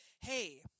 hey